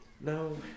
No